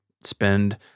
spend